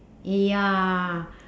ya